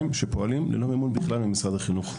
שפועלים ללא מימון ממשרד החינוך בכלל.